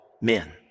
men